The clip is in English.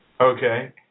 Okay